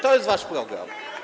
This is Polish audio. To jest wasz program.